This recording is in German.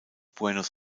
buenos